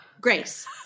Grace